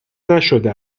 نشده